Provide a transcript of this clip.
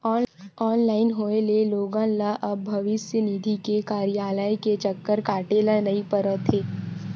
online होए ले लोगन ल अब भविस्य निधि के कारयालय के चक्कर काटे ल नइ परत हे